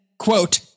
quote